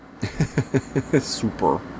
Super